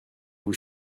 vous